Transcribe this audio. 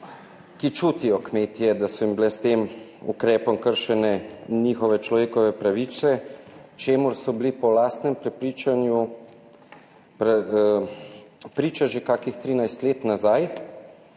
ki čutijo kmetje, da so jim bile s tem ukrepom kršene njihove človekove pravice, čemur so bili po lastnem prepričanju priča že kakih 13 let nazaj,